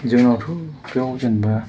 जोंनावथ' बेयाव जेनेबा